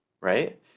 right